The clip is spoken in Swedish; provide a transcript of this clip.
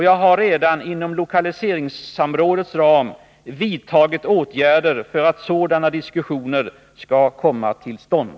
Jag har redan inom lokaliseringssamrådets ram vidtagit åtgärder för att sådana diskussioner skall komma till stånd.